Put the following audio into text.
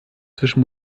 zwischen